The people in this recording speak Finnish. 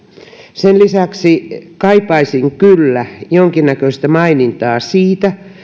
sen lisäksi kaipaisin kyllä jonkinnäköistä mainintaa siitä